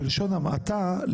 בלשון המעטה,